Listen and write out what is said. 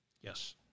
Yes